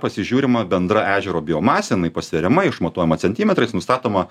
pasižiūrima bendra ežero biomasė jinai pasveriama išmatuojama centimetrais nustatoma